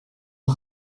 een